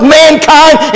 mankind